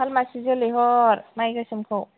खालमासि जोलै हर माइ गोसोमखौ